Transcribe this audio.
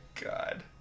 God